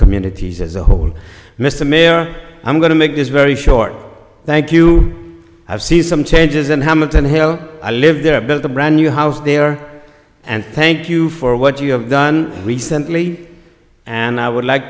communities as a whole mr mayor i'm going to make this very short thank you i've seen some changes in hamilton here i lived there built a brand new house there and thank you for what you have done recently and i would like